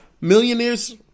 millionaires